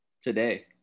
Today